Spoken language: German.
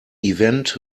event